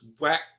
whack